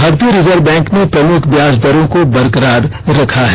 भारतीय reserve bank ने प्रमुख ब्याज दरों को बरकरार रखा है